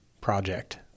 project